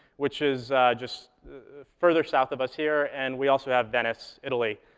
which is just further south of us here, and we also have venice, italy,